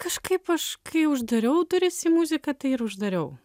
kažkaip aš kai uždariau duris į muziką tai ir uždariau